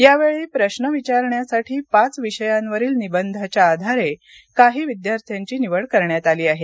या वेळी प्रश्न विचारण्यासाठी पाच विषयांवरील निबंधाच्या आधारे काही विद्यार्थ्यांची निवड करण्यात आली आहे